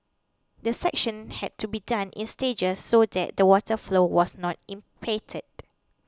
the section had to be done in stages so that the water flow was not impeded